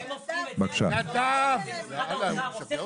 לפי נכות מסוימת שהחליטו תקבל עוד סל הטבות מאוד רחב.